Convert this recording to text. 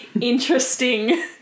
interesting